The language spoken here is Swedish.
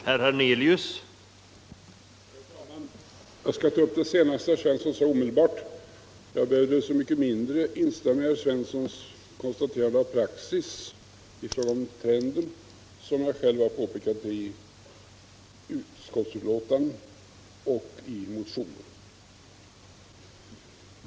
Herr talman! Jag skall ta upp herr Svenssons senaste påstående omedelbart. Jag behövde så mycket mindre instämma i herr Svenssons konstaterande av praxis och trenden som jag själv har påpekat detta i betänkandet och i motionen.